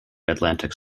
atlantic